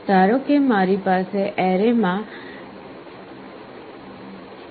ધારો કે મારી પાસે એરેમાં 128 નંબર છે